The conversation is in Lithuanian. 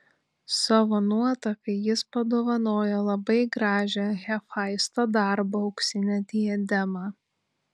savo nuotakai jis padovanojo labai gražią hefaisto darbo auksinę diademą